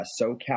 SoCal